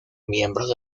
miembros